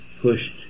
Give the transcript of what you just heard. pushed